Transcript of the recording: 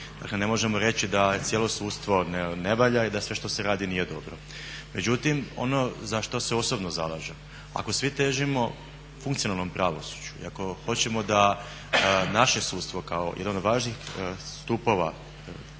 Dakle, ne možemo reći da je cijelo sudstvo ne valja i da sve što se radi nije dobro. Međutim, ono za što se osobno zalažem ako svi težimo funkcionalnom pravosuđu i ako hoćemo da naše sudstvo kao jedno od važnih stupova